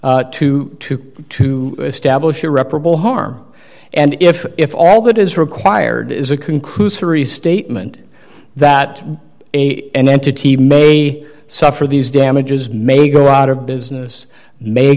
to to to establish irreparable harm and if if all that is required is a conclusory statement that an entity may suffer these damages may go out of business may